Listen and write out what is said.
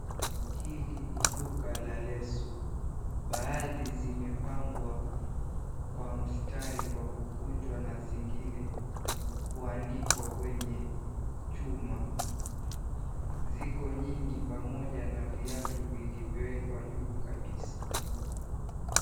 Hili ni duka la leso. Baadhi zimepangwa kwa mstari kwa kukunjwa na zingine kuanikwa kwenye chuma. Ziko nyingi pamoja na viatu vilivyowekwa juu kabisa.